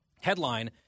Headline